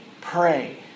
pray